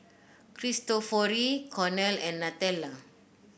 Cristofori Cornell and Nutella